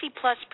plus